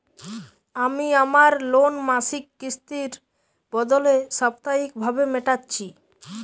আমি আমার লোন মাসিক কিস্তির বদলে সাপ্তাহিক ভাবে মেটাচ্ছি